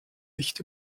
nicht